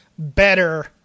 better